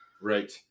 Right